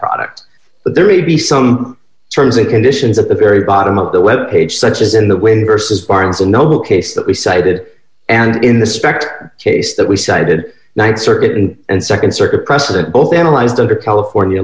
product but there may be some terms and conditions at the very bottom of the web page such as in the wind versus barnes and noble case that we cited and in the suspect case that we cited th circuit in and nd circuit precedent both analyzed under california